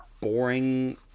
boring